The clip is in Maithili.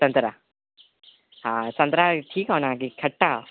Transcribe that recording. सन्तरा हँ सन्तरा ठीक हौ ने कि खटा हौ